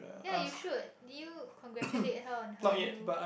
ya you should you congratulate her on her new